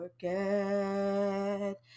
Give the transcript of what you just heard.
forget